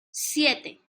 siete